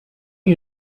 you